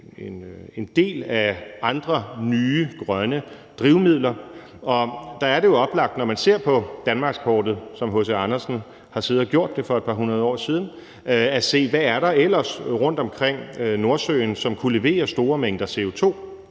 en del af andre nye grønne drivmidler, og der er det jo oplagt, når man ser på danmarkskortet, som H.C. Andersen har siddet og gjort det for et par hundrede år siden, at se på, hvad der ellers er rundt omkring Nordsøen, som kunne levere store mængder CO2